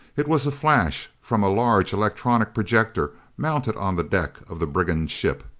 it was a flash from a large electronic projector mounted on the deck of the brigand ship.